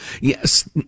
Yes